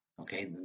Okay